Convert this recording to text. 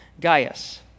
Gaius